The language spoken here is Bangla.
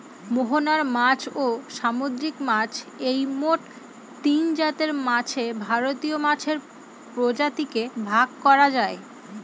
মোহনার মাছ, ও সামুদ্রিক মাছ এই মোট তিনজাতের মাছে ভারতীয় মাছের প্রজাতিকে ভাগ করা যায়